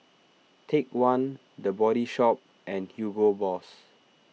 Take one the Body Shop and Hugo Boss